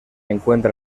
encuentra